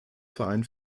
verein